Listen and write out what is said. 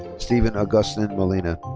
steven agustin molina.